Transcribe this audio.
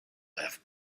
have